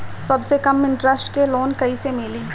सबसे कम इन्टरेस्ट के लोन कइसे मिली?